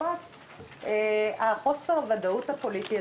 בתקופת חוסר הוודאות הפוליטי,